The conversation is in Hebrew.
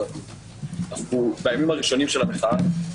אנחנו בימים הראשונים של המחאה,